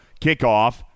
Kickoff